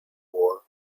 war